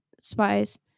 spies